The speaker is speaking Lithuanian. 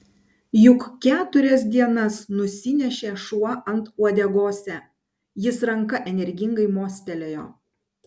juk keturias dienas nusinešė šuo ant uodegose jis ranka energingai mostelėjo